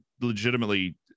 legitimately